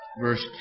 verse